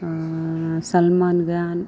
Salman Khan